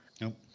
Nope